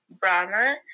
Brahma